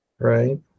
Right